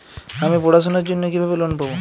আমি পড়াশোনার জন্য কিভাবে লোন পাব?